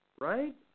Right